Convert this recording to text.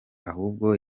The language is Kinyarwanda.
ahubwo